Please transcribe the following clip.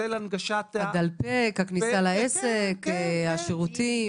הדלפק, הכניסה לעסק, השירותים.